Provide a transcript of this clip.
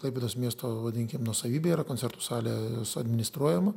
klaipėdos miesto vadinkim nuosavybė yra koncertų salė administruojama